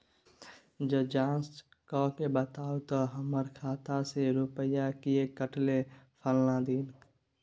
ज जॉंच कअ के बताबू त हमर खाता से रुपिया किये कटले फलना दिन?